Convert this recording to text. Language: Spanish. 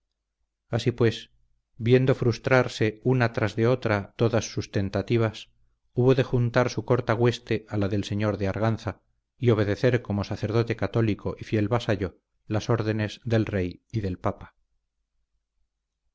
así pues viendo frustrarse una tras de otra todas sus tentativas hubo de juntar su corta hueste a la del señor de arganza y obedecer como sacerdote católico y fiel vasallo las órdenes del rey y del papa